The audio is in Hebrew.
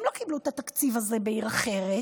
הם לא קיבלו את התקציב הזה בעיר אחרת,